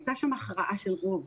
הייתה שם הכרעה של רוב.